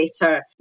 better